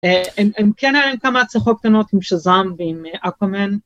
הם כן היו להם כמה הצלחות קטנות עם שאזאם ועם אקומן.